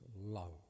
love